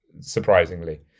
surprisingly